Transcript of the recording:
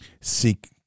seek